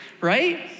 right